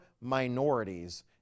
minorities